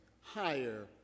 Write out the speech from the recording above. higher